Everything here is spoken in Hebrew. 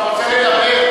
אתה רוצה לדבר?